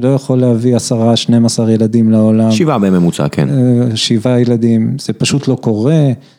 אני לא יכול להביא עשרה, שניים עשר ילדים לעולם. שבעה בממוצע, כן. שבעה ילדים, זה פשוט לא קורה.